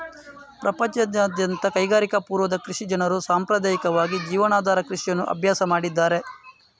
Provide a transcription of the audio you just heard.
ಪ್ರಪಂಚದಾದ್ಯಂತದ ಕೈಗಾರಿಕಾ ಪೂರ್ವದ ಕೃಷಿ ಜನರು ಸಾಂಪ್ರದಾಯಿಕವಾಗಿ ಜೀವನಾಧಾರ ಕೃಷಿಯನ್ನು ಅಭ್ಯಾಸ ಮಾಡಿದ್ದಾರೆ